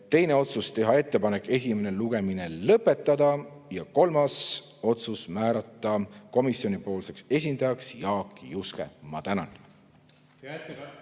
Teine otsus: teha ettepanek esimene lugemine lõpetada. Ja kolmas otsus: määrata komisjoni esindajaks Jaak Juske. Ma tänan!